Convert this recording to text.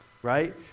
Right